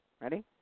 Ready